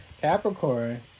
Capricorn